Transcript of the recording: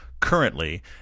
Currently